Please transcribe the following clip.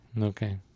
Okay